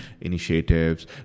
initiatives